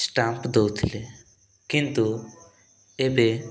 stamp ଦେଉଥିଲେ କିନ୍ତୁ ଏବେ